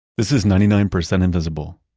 this is ninety nine percent invisible.